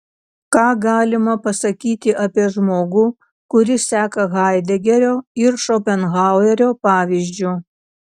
ką galima pasakyti apie žmogų kuris seka haidegerio ir šopenhauerio pavyzdžiu